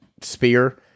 spear